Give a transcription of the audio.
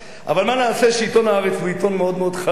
אבל מה נעשה שעיתון "הארץ" הוא עיתון מאוד מאוד חרדי-חילוני,